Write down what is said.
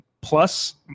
plus